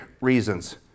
reasons